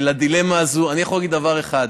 אני יכול להגיד דבר אחד,